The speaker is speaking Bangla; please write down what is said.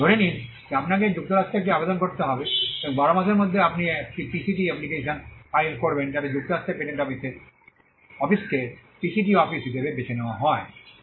ধরে নিন যে আপনাকে যুক্তরাষ্ট্রে একটি আবেদন করতে হবে এবং 12 মাসের মধ্যে আপনি একটি পিসিটি অ্যাপ্লিকেশন ফাইল করবেন যাতে যুক্তরাষ্ট্রের পেটেন্ট অফিসকে পিসিটি অফিস হিসাবে বেছে নেওয়া হয়